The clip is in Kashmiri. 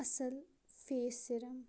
اصٕل فیس سِرَم